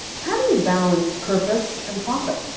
how do you balance purpose and profit?